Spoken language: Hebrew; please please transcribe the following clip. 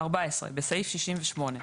(14)בסעיף 68,